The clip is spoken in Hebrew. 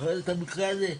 זוכרת את המקרה הזה?